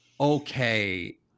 okay